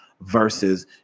versus